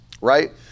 Right